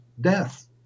death